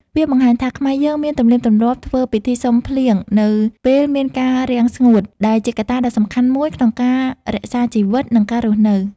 វាបង្ហាញថា ខ្មែរយើងមានទំនៀមទម្លាប់ធ្វើពិធីសុំភ្លៀងនៅពេលមានការរាំងស្ងួត ដែលជាកត្តាដ៏សំខាន់មួយក្នុងការរក្សាជីវិត និងការរស់នៅ ។